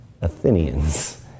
Athenians